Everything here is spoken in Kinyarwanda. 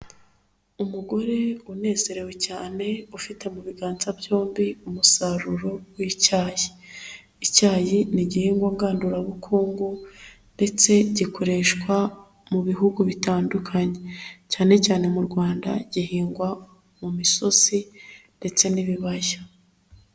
Umugore unezerewe cyane, ufite mu biganza byombi umusaruro w'icyayi, icyayi n'igihingwa ngandurabukungu, ndetse gikoreshwa mu bihugu bitandukanye cyane cyane mu Rwanda, gihingwa mu misozi ndetse n'ibibaya.